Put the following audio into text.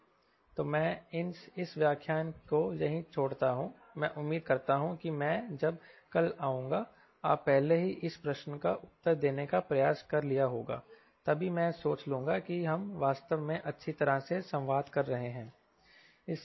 तो मैं इस व्याख्यान को यही छोड़ता हूं मैं उम्मीद करता हूं कि मैं जब कल आऊंगाआपने पहले ही इस प्रश्न का उत्तर देने का प्रयास कर लिया होगातभी मैं सोच लूंगा कि हम वास्तव में अच्छी तरह से संवाद कर रहे हैं